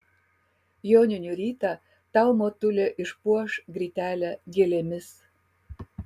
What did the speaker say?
joninių rytą tau motulė išpuoš grytelę gėlėmis